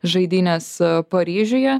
žaidynės paryžiuje